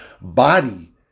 body